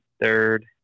third